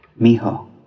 Mijo